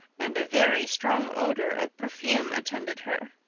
and a very strong odor of perfume attended her.